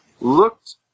looked